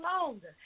longer